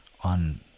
on